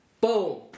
boom